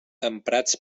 emprats